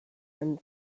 and